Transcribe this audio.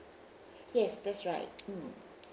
yes that's right mm